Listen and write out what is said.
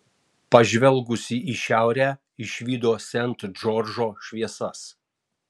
pažvelgusi į šiaurę išvydo sent džordžo šviesas